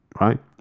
Right